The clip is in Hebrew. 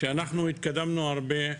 שהתקדמנו הרבה.